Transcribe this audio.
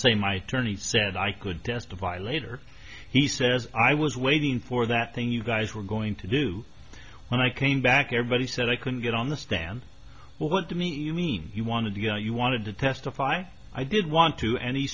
say my attorney said i could dance to violator he says i was waiting for that thing you guys were going to do when i came back everybody said i couldn't get on the stand well to me you mean he wanted to go you wanted to testify i did want to any